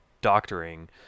doctoring